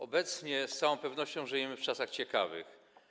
Obecnie z całą pewnością żyjemy w czasach ciekawych.